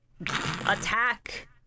attack